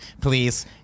please